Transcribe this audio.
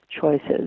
choices